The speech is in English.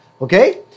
Okay